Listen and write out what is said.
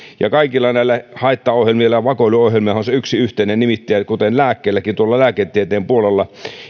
kaikilla näillä haittaohjelmilla ja vakoiluohjelmillahan on se yksi yhteinen nimittäjä kuten lääkkeilläkin tuolla lääketieteen puolella